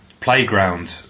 playground